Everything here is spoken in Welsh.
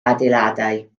adeiladau